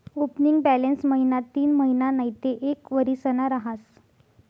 opening balance महिना तीनमहिना नैते एक वरीसना रहास